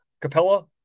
Capella